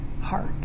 heart